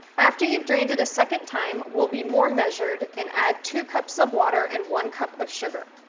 after you've drained it a second time, we'll be more measured and add two cups of water and one cup of sugar.